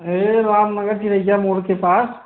यह राम नगर तिरहिया मोड़ के पास